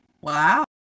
Wow